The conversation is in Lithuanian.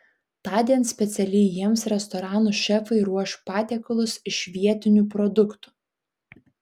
tądien specialiai jiems restoranų šefai ruoš patiekalus iš vietinių produktų